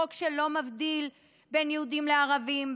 חוק שלא מבדיל בין יהודים לערבים,